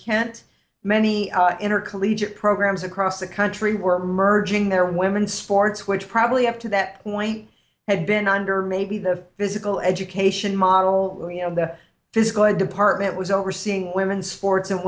kent many inner collegiate programs across the country were merging their women sports which probably up to that point had been under maybe the physical education model and the physical it department was overseeing women's sports and